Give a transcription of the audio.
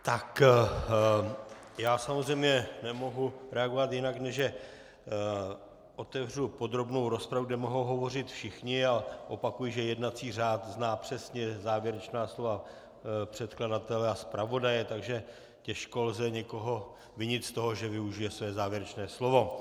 Tak, já samozřejmě nemohu reagovat jinak, než že otevřu podrobnou rozpravu, kde mohou hovořit všichni, a opakuji, že jednací řád zná přesně závěrečná slova předkladatele a zpravodaje, takže těžko lze někoho vinit z toho, že využije své závěrečné slovo.